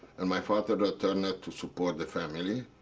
and my father returned to support the family.